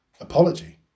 apology